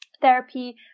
therapy